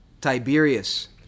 Tiberius